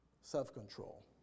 self-control